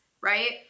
Right